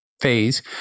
phase